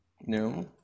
No